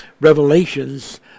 revelations